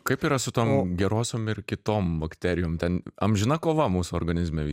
kaip yra su tom gerosiom ir kitom bakterijom ten amžina kova mūsų organizme vy